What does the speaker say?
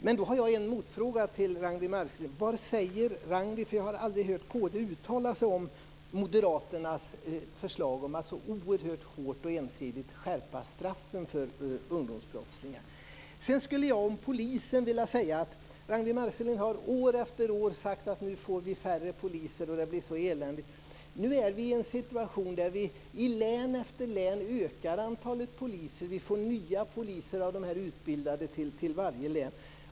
Men jag har en motfråga till Ragnwi Marcelind: Vad säger Ragnwi Marcelind om moderaternas förslag att oerhört hårt och ensidigt skärpa straffen för ungdomsbrottslingar? Jag har aldrig hört kd uttala sig om detta. När det gäller polisen skulle jag vilja säga att Ragnwi Marcelind år efter år har sagt att nu får vi färre poliser och det blir så eländigt. Nu är vi i en situation där vi i län efter län ökar antalet poliser. Vi får nya poliser av de som utbildas till varje län.